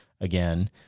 again